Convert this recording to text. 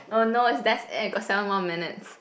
oh no that's it got seven more minutes